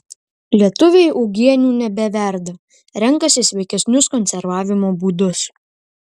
lietuviai uogienių nebeverda renkasi sveikesnius konservavimo būdus